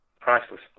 Priceless